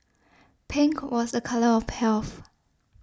pink was a colour of health